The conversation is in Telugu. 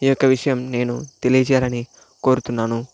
ఈ యొక్క విషయం నేను తెలియజేయాలని కోరుతున్నాను